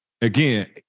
again